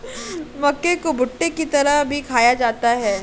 मक्के को भुट्टे की तरह भी खाया जाता है